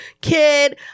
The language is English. kid